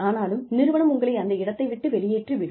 ஆனாலும் நிறுவனம் உங்களை அந்த இடத்தை விட்டு வெளியேற்றி விடும்